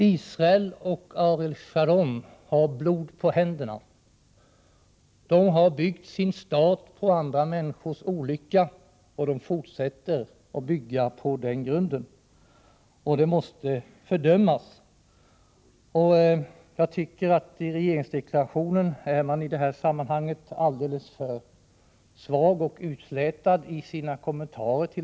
Israel och Ariel Sharon har blod på händerna. De har byggt sin stat på andra människors olycka, och de fortsätter att bygga på den grunden. Det måste fördömas. Jag tycker att man i regeringsdeklarationen i det här sammanhanget är alldeles för svag och utslätad i sina kommentarer.